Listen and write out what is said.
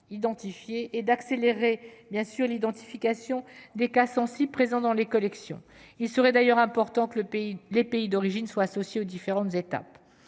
et pour accélérer l'identification des cas sensibles présents dans les collections. Il serait d'ailleurs important que les pays d'origine soient associés aux différentes étapes